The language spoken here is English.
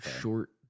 short